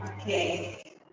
Okay